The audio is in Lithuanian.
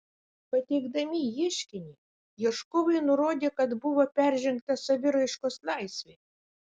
pateikdami ieškinį ieškovai nurodė kad buvo peržengta saviraiškos laisvė